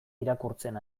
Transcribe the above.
irakurtzen